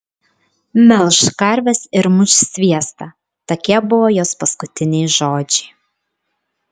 melš karves ir muš sviestą tokie buvo jos paskutiniai žodžiai